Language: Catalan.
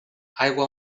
aigua